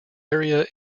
area